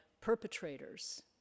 perpetrators